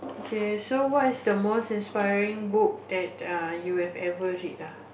okay so what is the most inspiring book that err you have ever read ah